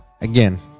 again